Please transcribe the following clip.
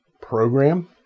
program